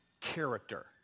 character